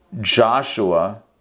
Joshua